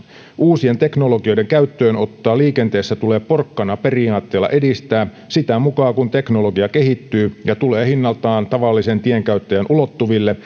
uusien teknologioiden käyttöönottoa liikenteessä tulee porkkanaperiaatteella edistää sitä mukaa kun teknologia kehittyy ja tulee hinnaltaan tavallisen tienkäyttäjän ulottuville